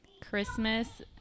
Christmas